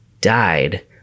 died